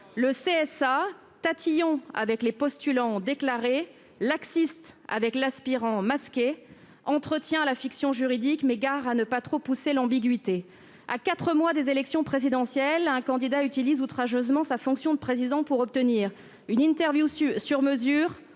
(CSA), tatillon avec les postulants déclarés, laxiste avec l'aspirant masqué, entretient la fiction juridique ; mais gare à ne pas trop pousser l'ambiguïté ! À quatre mois de l'élection présidentielle, un candidat utilise outrageusement sa fonction de Président de la République pour obtenir une interview sur mesure,